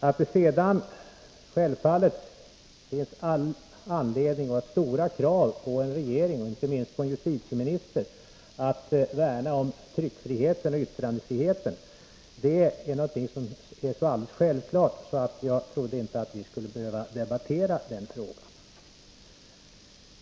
Att det sedan självfallet finns all anledning att ställa stora krav på en regering och inte minst på en justitieminister att värna om tryckfriheten och yttrandefriheten är så självklart att jag inte trodde att vi skulle behöva debattera den frågan.